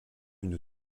une